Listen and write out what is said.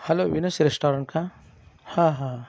hello Vinesh restaurant का हा हा